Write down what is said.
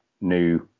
new